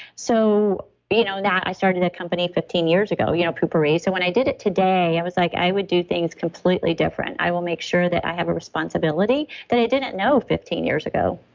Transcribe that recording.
so you know that i started a company fifteen years ago you know poo-pourri. so when i did it today, i was like, i would do things completely different. i will make sure that i have a responsibility that i didn't know fifteen years ago.